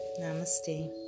Namaste